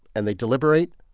and they deliberate.